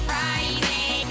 Friday